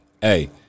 Hey